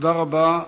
תודה רבה.